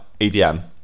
EDM